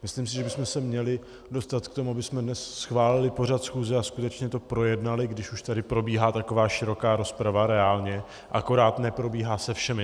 Myslím si, že bychom se měli dostat k tomu, abychom dnes schválili pořad schůze a skutečně to projednali, když už tady probíhá taková široká rozprava reálně, akorát neprobíhá se všemi.